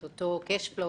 את אותו cash flow.